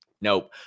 Nope